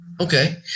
okay